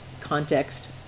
context